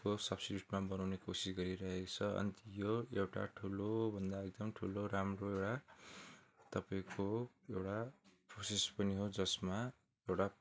को सब्सिट्युटमा बनाउने कोसिस गरिरहेको छ अन्त यो एउटा ठुलोभन्दा एकदम ठुलो राम्रो एउटा तपाईँको एउटा कोसिस पनि हो जसमा एउटा